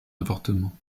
appartement